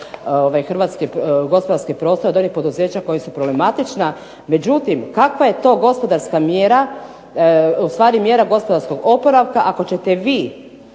gospodarski prostor od onih poduzeća koja su problematična. Međutim, kakva je to gospodarska mjera, ustvari mjera gospodarskog oporavka ako ćete vi